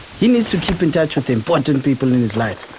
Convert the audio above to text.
he needs to keep in touch with important people in his life,